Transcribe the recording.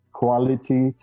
quality